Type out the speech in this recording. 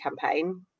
campaign